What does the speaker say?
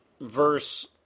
verse